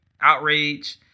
outrage